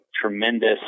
tremendous